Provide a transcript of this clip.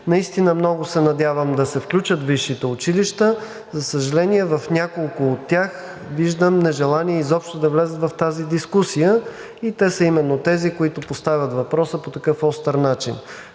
Наистина много се надявам да се включат висшите училища. За съжаление, в няколко от тях виждам нежелание изобщо да влязат в тази дискусия. Те са именно тези, които поставят въпроса по такъв остър начин.